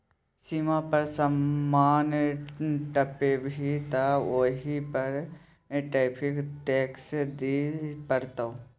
सीमा पर समान टपेभी तँ ओहि पर टैरिफ टैक्स दिअ पड़तौ